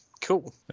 Cool